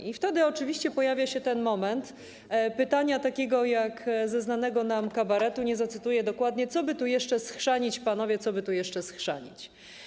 I wtedy oczywiście pojawia się ten moment, moment pytania, takiego jak ze znanego nam kabaretu, nie zacytuję dokładnie: Co by tu jeszcze schrzanić panowie, co by tu jeszcze schrzanić?